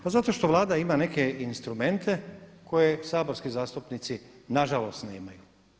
Pa zato što Vlada ima neke instrumente koje saborski zastupnici nažalost nemaju.